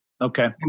Okay